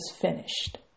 finished